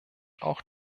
auch